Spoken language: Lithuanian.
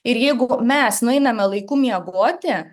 ir jeigu mes nueiname laiku miegoti